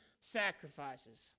sacrifices